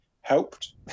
helped